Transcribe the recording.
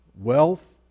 wealth